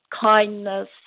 kindness